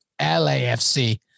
LAFC